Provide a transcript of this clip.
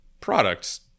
products